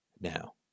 now